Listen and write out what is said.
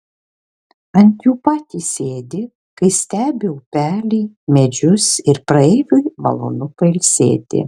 ant jų patys sėdi kai stebi upelį medžius ir praeiviui malonu pailsėti